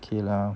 k lah